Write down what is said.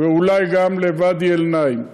ואולי גם לוואדי-אלנעים.